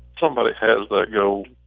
somebody has that gold